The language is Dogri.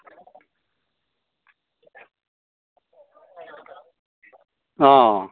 आं